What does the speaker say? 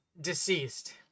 deceased